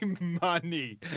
money